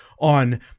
on